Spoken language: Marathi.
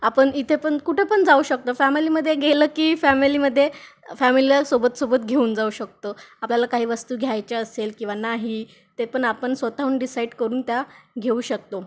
आपण इथे पण कुठे पण जाऊ शकतो फॅमिलीमध्ये गेलं की फॅमिलीमध्ये फॅमिलीला सोबतसोबत घेऊन जाऊ शकतो आपल्याला काही वस्तू घ्यायच्या असेल किंवा नाही ते पण आपण स्वतःहून डिसाईड करून त्या घेऊ शकतो